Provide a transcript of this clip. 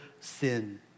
sin